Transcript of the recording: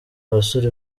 abasore